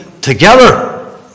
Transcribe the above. together